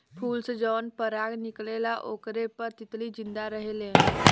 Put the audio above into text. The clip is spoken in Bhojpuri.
फूल से जवन पराग निकलेला ओकरे पर तितली जिंदा रहेले